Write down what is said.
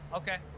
okay.